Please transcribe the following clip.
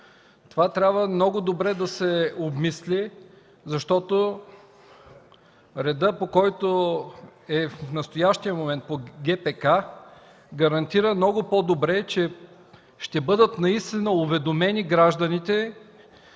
Това трябва много добре да се обмисли, защото редът, който е в настоящия момент по ГПК, гарантира много по-добре, че наистина ще бъдат уведомени гражданите